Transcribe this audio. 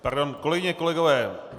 Pardon, kolegyně, kolegové.